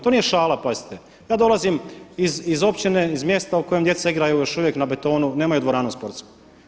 To nije šala, pazite, ja dolazim iz općine, iz mjesta u kojem djeca igraju još uvijek na betonu, nemaju dvoranu sportsku.